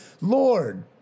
Lord